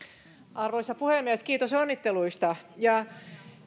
arvoisa puhemies kiitos onnitteluista